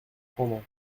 prendre